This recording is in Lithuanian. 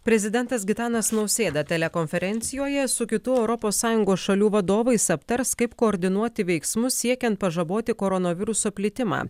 prezidentas gitanas nausėda telekonferencijoje su kitų europos sąjungos šalių vadovais aptars kaip koordinuoti veiksmus siekiant pažaboti koronaviruso plitimą